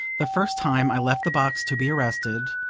the first time i left the box to be arrested,